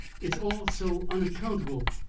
it's all so unaccountable.